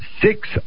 six